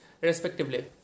respectively